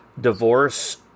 divorce